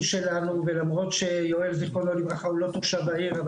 שלנו ולמרות שיואל ז"ל הוא לא תושב העיר,